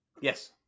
Yes